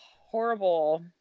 Horrible